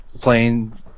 playing